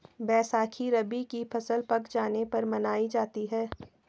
बैसाखी रबी की फ़सल पक जाने पर मनायी जाती है